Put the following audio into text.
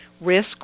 risk